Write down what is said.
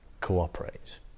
Cooperate